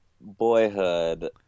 Boyhood